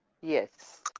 Yes